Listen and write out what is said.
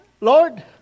Lord